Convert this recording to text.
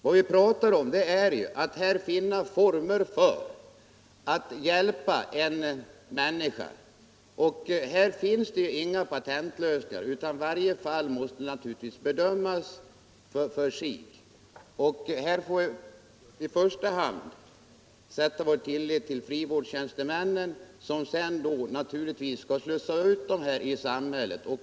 Vad vi talar om är att här finna former för att hjälpa en människa. Här finns det inga patentlösningar. Varje enskilt fall måste naturligtvis bedömas för sig. Vi får i första hand sätta vår lit till frivårdstjänstemännen, som sedan naturligtvis skall slussa ut detta klientel i samhället.